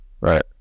Right